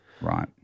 Right